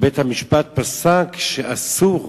ובית-המשפט פסק שאסור